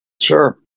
Sure